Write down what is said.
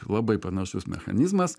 labai panašus mechanizmas